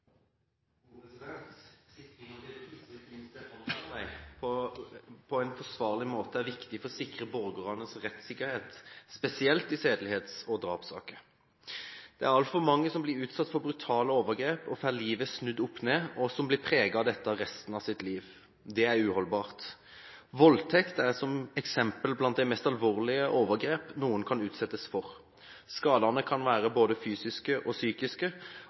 viktig for å sikre borgernes rettssikkerhet, spesielt i sedelighets- og drapssaker. Det er altfor mange som blir utsatt for brutale overgrep, som får snudd livet opp-ned, og som blir preget av dette resten av sitt liv. Det er uholdbart. Voldtekt er eksempel på de mest alvorlige overgrep noen kan utsettes for. Skadene kan være både fysiske og psykiske,